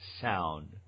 sound